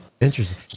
Interesting